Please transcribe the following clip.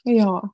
ja